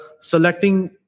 selecting